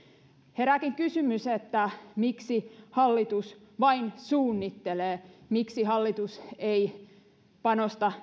herääkin kysymys miksi hallitus vain suunnittelee miksi hallitus ei panosta